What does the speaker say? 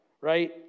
right